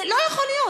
לא יכול להיות.